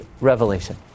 revelation